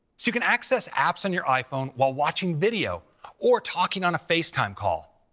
so you can access apps on your iphone while watching video or talking on a facetime call.